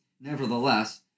Nevertheless